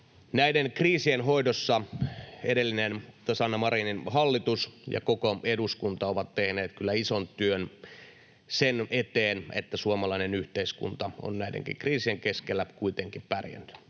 Näiden kriisien hoidossa Sanna Marinin hallitus ja koko eduskunta ovat tehneet kyllä ison työn sen eteen, että suomalainen yhteiskunta on näidenkin kriisien keskellä kuitenkin pärjännyt.